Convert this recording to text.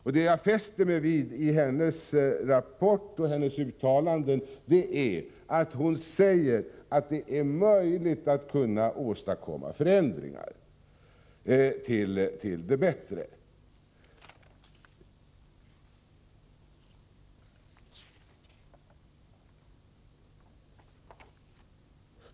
Vad jag fäster mig vid i hennes rapport och hennes uttalanden är att hon säger att det är möjligt att åstadkomma förändringar till det bättre.